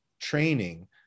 training